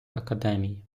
академії